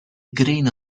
grain